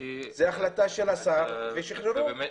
זו החלטה של השר ושחררו.